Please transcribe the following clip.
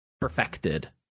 perfected